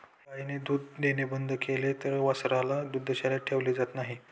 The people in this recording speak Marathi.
गायीने दूध देणे बंद केले तर वासरांना दुग्धशाळेत ठेवले जात नाही